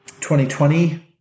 2020